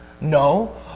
no